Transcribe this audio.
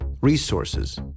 resources